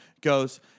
goes